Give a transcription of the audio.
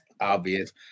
obvious